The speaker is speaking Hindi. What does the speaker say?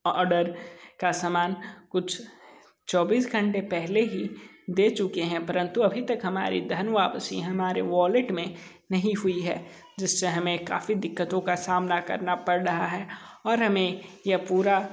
ऑर्डर का सामान कुछ चोबीस घंटे पहले ही दे चुके हैं परंतु अभी तक हमारी धन वापसी हमारे वॉलेट में नहीं हुई है जिस से हमें काफ़ी दिक्कतों का सामना करना पर रहा है और हमें यह पूरा